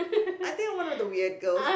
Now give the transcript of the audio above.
I think I'm one of the weird girl